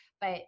But-